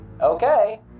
okay